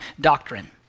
doctrine